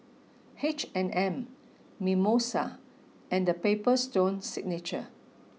H and M Mimosa and The Paper Stone Signature